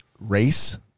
Race